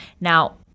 Now